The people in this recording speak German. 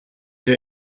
der